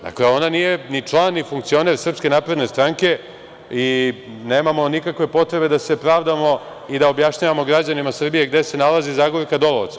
Dakle, ona nije ni član ni funkcioner SNS i nemamo nikakve potrebe da se pravdamo i da objašnjavamo građanima Srbije gde se nalazi Zagorka Dolovac.